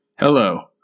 Hello